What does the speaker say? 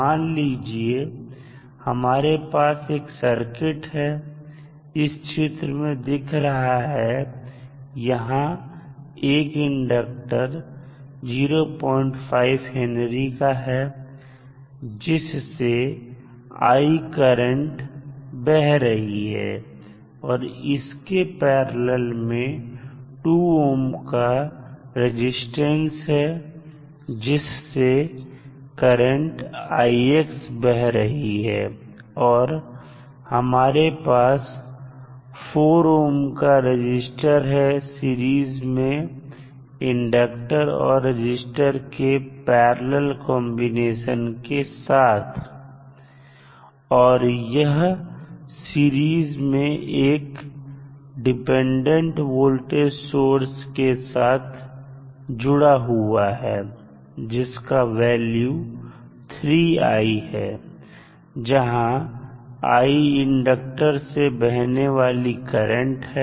मान लीजिए हमारे पास एक सर्किट है इस चित्र में दिख रहा है यहां एक इंडक्टर 05H का है जिससे i करंट बह रही है और इसके पैरलल में 2 ohm का रजिस्टेंस है जिससे करंट बह रही है और हमारे पास 4 ohm का रजिस्टर है सीरीज में इंडक्टर और रजिस्टर के पैरलल कंबीनेशन के साथ और यह सीरीज में एक डिपेंडेंट वोल्टेज सोर्स के साथ जुड़ा हुआ है जिसका वैल्यू 3i है जहां i इंडक्टर से बहने वाली करंट है